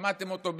שמעתם אותו,